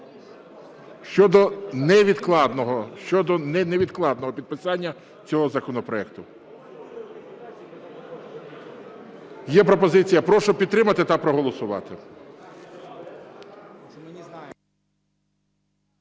щодо невідкладного підписання цього законопроекту. Є пропозиція. Прошу підтримати та проголосувати.